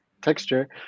texture